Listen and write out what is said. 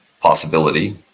possibility